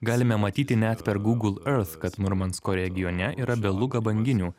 galime matyti net per google earth murmansko regione yra beluga banginių